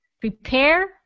Prepare